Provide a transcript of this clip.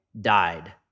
died